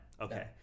Okay